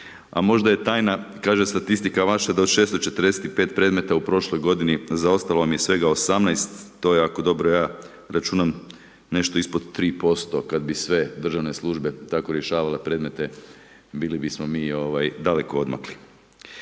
A možda je tajna kaže statistika vaša da od 645 predmeta u prošlog godini, zaostalo je svega 18, to je jako dobro, ja računam nešto ispod 3%, kad bi sve državne službe tako rješavale predmete, bilo bismo mi daleko odmakli.